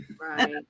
Right